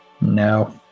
no